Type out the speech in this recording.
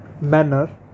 manner